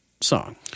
song